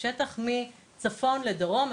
השטח מצפון לדרום,